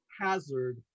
hazard